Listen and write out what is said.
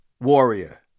warrior